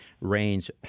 range